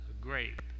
grape